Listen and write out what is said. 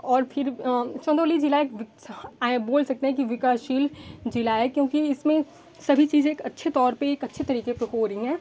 और फिर चंदौली जिला एक ये बोल सकते हैं कि विकासशील जिला है क्योंकि इसमें सभी चीज एक अच्छे तौर पे एक अच्छे तरीके पे हो रही हैं